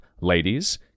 ladies